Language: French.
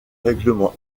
règlement